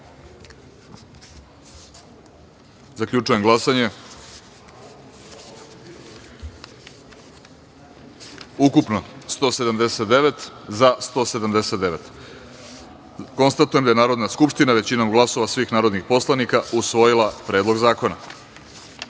celini. Zaključujem glasanje: ukupno – 179, za – 179.Konstatujem da je Narodna skupština većinom glasova svih narodnih poslanika usvojila Predlog zakona. Dame